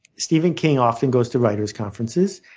stephen king often goes to writers' conferences,